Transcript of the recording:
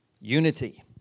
Unity